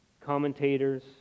commentators